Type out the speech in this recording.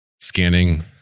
Scanning